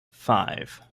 five